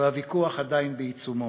והוויכוח עדיין בעיצומו.